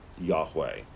yahweh